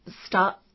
start